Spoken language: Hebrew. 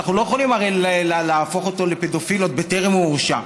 הרי אנחנו לא יכולים להפוך אותו לפדופיל עוד בטרם הורשע.